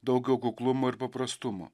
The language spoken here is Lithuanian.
daugiau kuklumo ir paprastumo